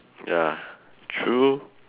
ya true